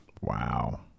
Wow